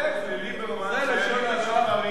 לליברמן, חיילים משוחררים ועולים.